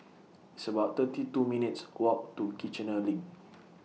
It's about thirty two minutes' Walk to Kiichener LINK